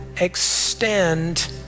extend